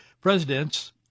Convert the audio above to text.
presidents